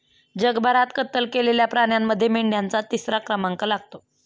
जगभरात कत्तल केलेल्या प्राण्यांमध्ये मेंढ्यांचा तिसरा क्रमांक लागतो